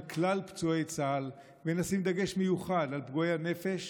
כלל פצועי צה"ל ונשים דגש מיוחד על פגועי הנפש,